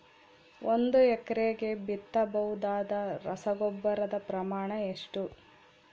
ಒಂದು ಎಕರೆಗೆ ಬಿತ್ತಬಹುದಾದ ರಸಗೊಬ್ಬರದ ಪ್ರಮಾಣ ಎಷ್ಟು?